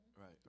right